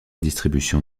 distribution